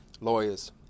lawyers